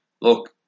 look